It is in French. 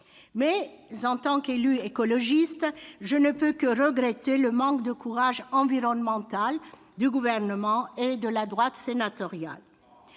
Mais, en tant qu'élue écologiste, je ne peux que regretter le manque de courage du Gouvernement et de la droite sénatoriale